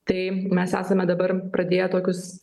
tai mes esame dabar pradėję tokius